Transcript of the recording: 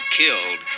killed